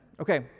Okay